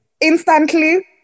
instantly